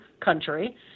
country